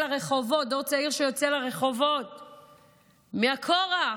דור צעיר שיוצא לרחובות מהכורח,